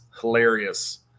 hilarious